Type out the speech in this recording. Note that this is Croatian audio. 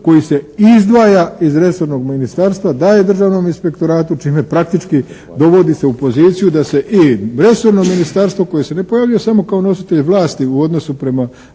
koji se izdvaja iz resornog ministarstva, daje državnom inspektoratu čime praktički dovodi se u poziciju da se i resorno ministarstvo koje se ne pojavljuje samo kao nositelj vlasti u odnosu prema